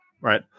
right